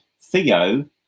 theo